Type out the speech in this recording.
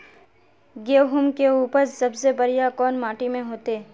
गेहूम के उपज सबसे बढ़िया कौन माटी में होते?